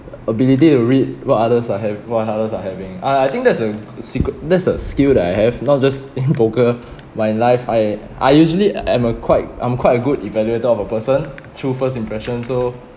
ability to read what others are have what others are having I I think that's a secr~ that's a skill that I have not just in poker my life I I usually am a quite I'm quite a good evaluator of a person through first impression so